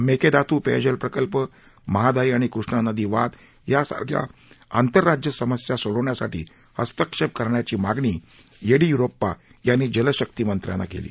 मेकेदातू पेयजल प्रकल्प महादायी आणि कृष्णा नदी वाद यांसारख्या आंतरराज्य समस्या सोडवण्यासाठी हस्तक्षेप करण्याची मागणी येडियुरप्पा यांनी जलशक्तीमंत्र्यांना केली